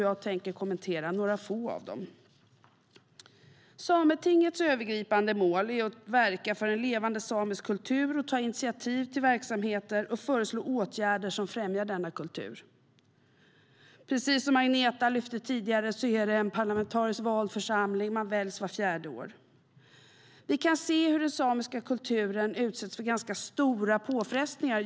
Jag tänker kommentera några få av dem. Vi kan se hur den samiska kulturen utsätts för ganska stora påfrestningar.